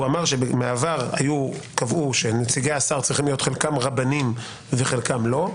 הוא אמר שבעבר קבעו שנציגי השר צריכים להיות חלקם רבנים וחלקם לא,